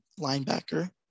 linebacker